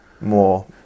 more